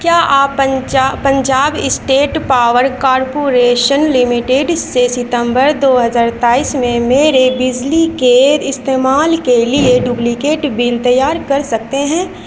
کیا آپ پنجا Punjab state power corporation limited سے ستمبر دو ہزار تیئس میں میرے بجلی کے استعمال کے لیے ڈبلیکیٹ بل تیار کر سکتے ہیں